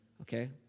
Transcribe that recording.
Okay